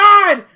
God